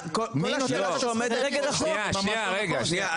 יש צינון, רגע.